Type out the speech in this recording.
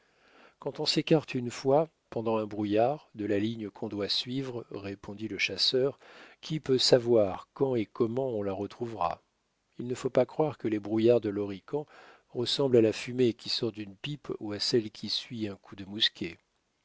quand on s'écarte une fois pendant un brouillard de la ligne qu'on doit suivre répondit le chasseur qui peut savoir quand et comment on la retrouvera il ne faut pas croire que les brouillards de l'horican ressemblent à la fumée qui sort d'une pipe ou à celle qui suit un coup de mousquet